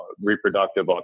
reproductive